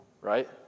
right